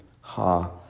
ha